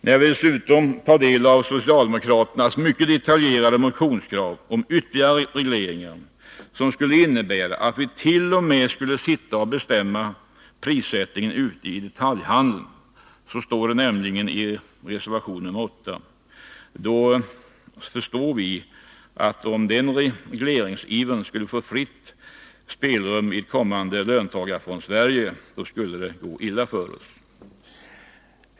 När vi dessutom tar del av socialdemokraternas mycket detaljerade motionskrav om ytterligare regleringar som skulle innebära att vi t.o.m. skulle sitta och bestämma prissättningen ute i detaljhandeln — så står det nämligen i reservation 8 — förstår vi att om samma regleringsiver skulle få fritt spelrum i ett löntagarfondernas Sverige skulle det gå illa för oss.